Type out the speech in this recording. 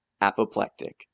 apoplectic